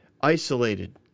isolated